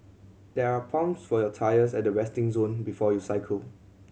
there are pumps for your tyres at the resting zone before you cycle